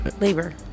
Labor